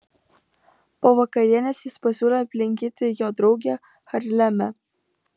po vakarienės jis pasiūlė aplankyti jo draugę harleme